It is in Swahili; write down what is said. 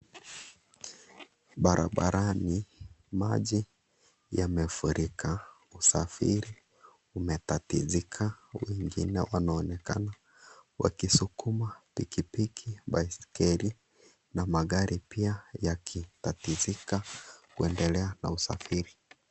Barabarani maji yamefurika. Usafiri umetatizika wengine wanaonekana wakisukuma pikipiki, baiskeli na magari pia yakitatizika kuendelea na usafiri.